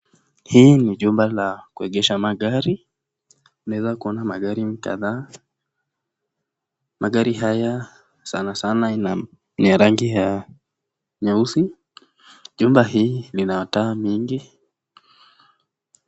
Hii ni jumba la kuegesha magari. Unaweza kuona magari kadhaa. Magari haya sana sana ina ni rangi ya nyeusi. Jumba hii nina taa mingi.